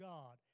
God